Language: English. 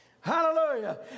Hallelujah